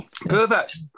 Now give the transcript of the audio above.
Perfect